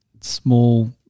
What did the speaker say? small